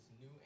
new